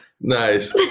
nice